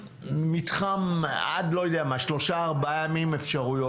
לה מתחם של עד שלושה-ארבעה ימי קנס.